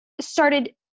started